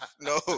no